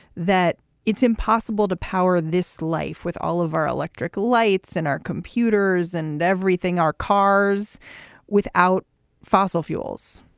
that it's impossible to power this life with all of our electric lights and our computers and everything, our cars without fossil fuels